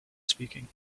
speaking